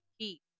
keep